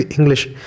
English